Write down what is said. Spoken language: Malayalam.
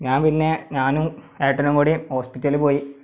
ഞാൻ പിന്നെ ഞാനും ഏട്ടനും കൂടി ഹോസ്പിറ്റലിൽ പോയി